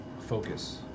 focus